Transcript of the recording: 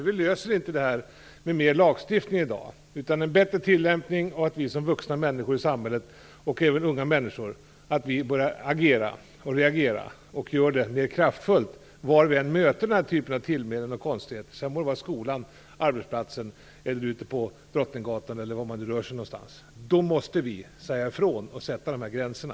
Vi löser inte detta med lagstiftning i dag, utan genom en bättre tillämpning och genom att vi vuxna människor i samhället - och även de unga - börjar agera och reagera kraftfullt var vi än möter den här typen tillmälen och konstigheter, det må vara i skolan, på arbetsplatsen, ute på Drottninggatan eller var man nu rör sig någonstans. Vi måste säga ifrån och sätta gränserna.